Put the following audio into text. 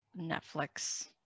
Netflix